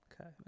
Okay